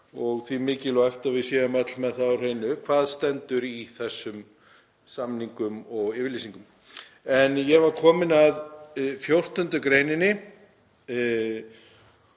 og því mikilvægt að við séum öll með það á hreinu hvað stendur í þessum samningum og yfirlýsingum. En ég var kominn að 14. gr.